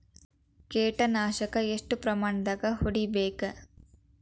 ಕೇಟ ನಾಶಕ ಎಷ್ಟ ಪ್ರಮಾಣದಾಗ್ ಹೊಡಿಬೇಕ?